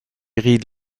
reed